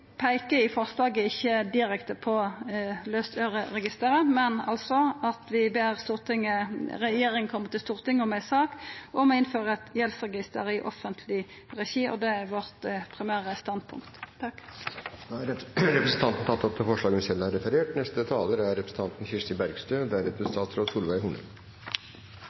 i forslaget ikkje direkte på Løsøreregisteret, men vi ber regjeringa komme til Stortinget med ei sak om å innføra eit gjeldsregister i offentleg regi. Det er vårt primære standpunkt. Representanten Kjersti Toppe har tatt opp det forslaget